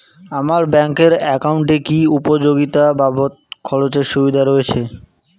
আমার ব্যাংক এর একাউন্টে কি উপযোগিতা বাবদ খরচের সুবিধা রয়েছে?